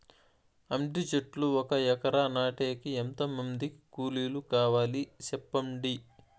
అంటి చెట్లు ఒక ఎకరా నాటేకి ఎంత మంది కూలీలు కావాలి? సెప్పండి?